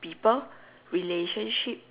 people relationship